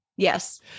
Yes